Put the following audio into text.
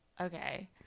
Okay